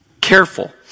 careful